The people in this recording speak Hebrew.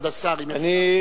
כבוד השר, בבקשה.